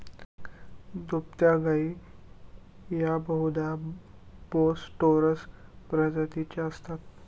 दुभत्या गायी या बहुधा बोस टोरस प्रजातीच्या असतात